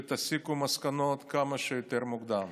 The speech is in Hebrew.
ותסיקו מסקנות כמה שיותר מוקדם.